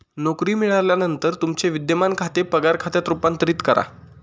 नोकरी मिळाल्यानंतर तुमचे विद्यमान खाते पगार खात्यात रूपांतरित करा